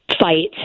fight